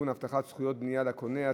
הבטחת זכויות בנייה לקונה),